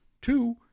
Two